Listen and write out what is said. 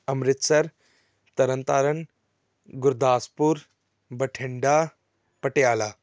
Amritsar Tarn Taran Gurdaspur Bathinda Patiala